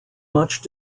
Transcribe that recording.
much